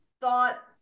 thought